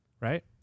right